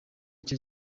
cyo